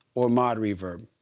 or mod reverb.